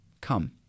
come